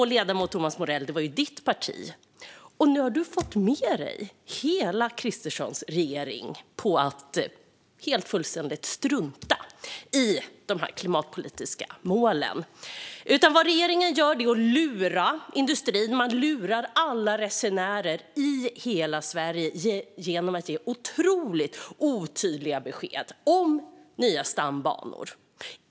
Det var ditt parti, ledamoten Thomas Morell, och nu har du fått med dig hela Kristerssons regering på att fullständigt strunta i de klimatpolitiska målen. Vad regeringen gör är att lura industrin. Man lurar alla resenärer i hela Sverige genom att ge otroligt otydliga besked om nya stambanor.